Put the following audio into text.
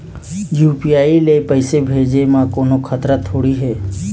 UPI ले पैसे भेजे म कोन्हो खतरा थोड़ी हे?